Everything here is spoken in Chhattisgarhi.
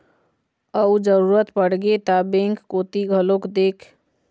अउ जरुरत पड़गे ता बेंक कोती घलोक देख